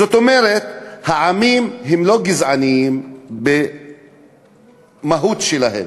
זאת אומרת, העמים הם לא גזעניים במהות שלהם,